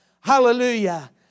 hallelujah